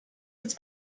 its